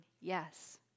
yes